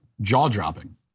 jaw-dropping